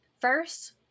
First